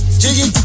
jiggy